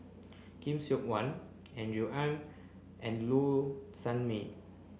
Khoo Seok Wan Andrew Ang and Low Sanmay